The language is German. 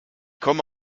komme